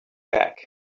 back